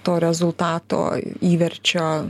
to rezultato įverčio